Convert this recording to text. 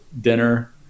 dinner